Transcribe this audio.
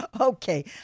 Okay